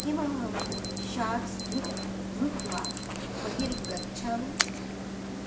किमहं शाट्स् धृत्वा धृत्वा बहिर्गच्छामि